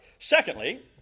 Secondly